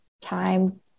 time